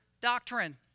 doctrine